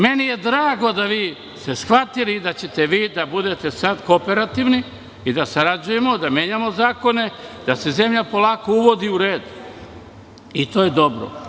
Meni je drago da ste vi shvatili da ćete vi sada biti kooperativni, da sarađujemo, da menjamo zakone, da se zemlja polako uvodi u red, i to je dobro.